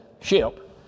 ship